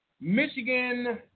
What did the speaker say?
Michigan